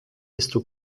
desto